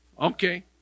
Okay